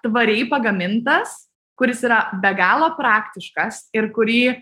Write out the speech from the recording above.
tvariai pagamintas kuris yra be galo praktiškas ir kurį